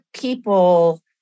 people